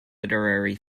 literary